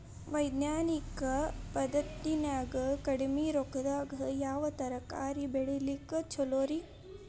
ವೈಜ್ಞಾನಿಕ ಪದ್ಧತಿನ್ಯಾಗ ಕಡಿಮಿ ರೊಕ್ಕದಾಗಾ ಯಾವ ತರಕಾರಿ ಬೆಳಿಲಿಕ್ಕ ಛಲೋರಿ?